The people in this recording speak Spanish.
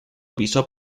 bishop